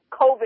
COVID